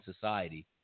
society